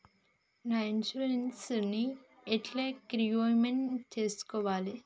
నా ఇన్సూరెన్స్ ని ఎట్ల క్లెయిమ్ చేస్కోవాలి?